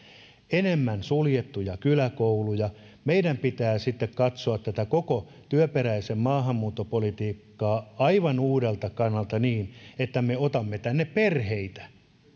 enemmän suljettuja kyläkouluja meidän pitää katsoa tätä koko työperäistä maahanmuuttopolitiikkaa aivan uudelta kannalta niin että me otamme tänne perheitä